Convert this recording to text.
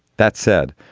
that said,